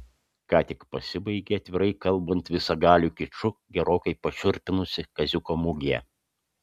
ką tik pasibaigė atvirai kalbant visagaliu kiču gerokai pašiurpinusi kaziuko mugė